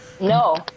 No